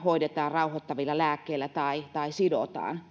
rauhoittavilla lääkkeillä tai sidotaan